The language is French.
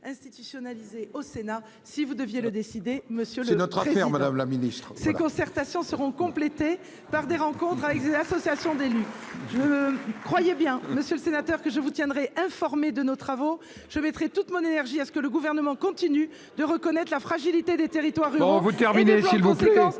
institutionnalisée au Sénat si vous deviez le décider monsieur notre Madame la Ministre, ces concertations seront complétées par des rencontres avec des associations. Salut je. Croyez bien monsieur le sénateur que je vous tiendrai informés de nos travaux, je mettrai toute mon énergie à ce que le gouvernement continue de reconnaître la fragilité des territoires ruraux, vous terminez